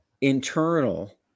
internal